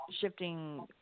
shifting